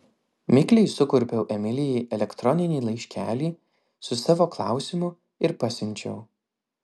mikliai sukurpiau emilijai elektroninį laiškelį su savo klausimu ir pasiunčiau